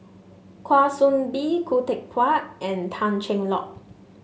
Kwa Soon Bee Khoo Teck Puat and Tan Cheng Lock